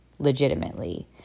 legitimately